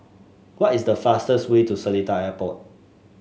what is the fastest way to Seletar Airport